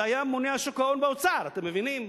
זה היה הממונה על שוק ההון באוצר, אתם מבינים?